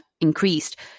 increased